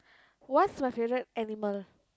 what's my favourite animal